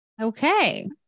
Okay